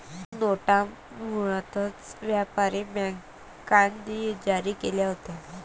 नोटा मूळतः व्यापारी बँकांनी जारी केल्या होत्या